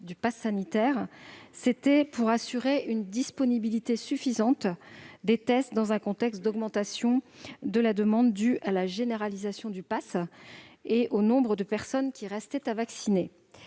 du passe sanitaire, c'était pour assurer une disponibilité suffisante des tests, dans un contexte d'augmentation de la demande due à la généralisation du passe et compte tenu du nombre de personnes encore non vaccinées.